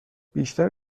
بیشتر